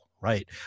right